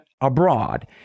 abroad